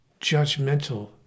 judgmental